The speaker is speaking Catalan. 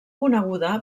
coneguda